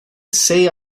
say